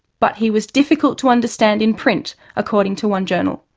but he was difficult to understand in print, according to one journal.